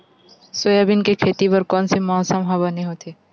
Soybean के खेती बर कोन से मौसम बने होथे?